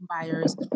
buyers